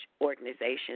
organization